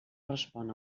respon